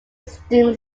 steam